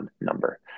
number